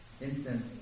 incense